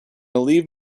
leave